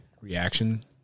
reaction